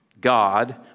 God